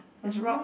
is rock